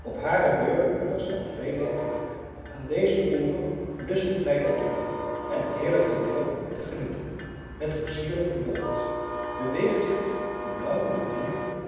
op hare beurt moeders van vrede en geluk aan dezen oever lust het mij te toeven en het heerlijk tooneel te genieten met hoe sierlijk een bocht beweegt zich de blauwe rivier